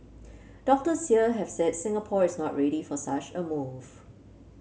doctors here have said Singapore is not ready for such a move